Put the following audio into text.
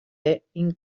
inclou